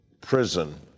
prison